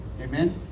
Amen